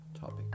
topic